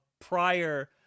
prior